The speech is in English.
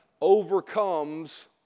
overcomes